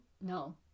No